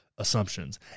assumptions